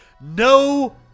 No